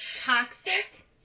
Toxic